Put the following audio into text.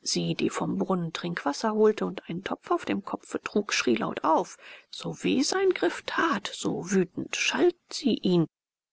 sie die vom brunnen trinkwasser holte und einen topf auf dem kopfe trug schrie laut auf so weh sein griff tat so wütend schalt sie